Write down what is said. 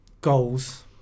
goals